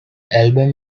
album